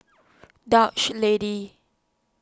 Dutch Lady